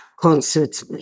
concerts